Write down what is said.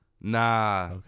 nah